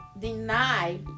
deny